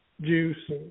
juice